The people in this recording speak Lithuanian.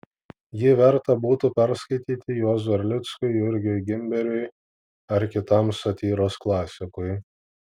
jį verta būtų perskaityti juozui erlickui jurgiui gimberiui ar kitam satyros klasikui